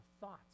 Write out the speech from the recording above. thoughts